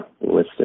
listed